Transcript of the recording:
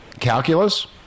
Calculus